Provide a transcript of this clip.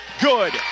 good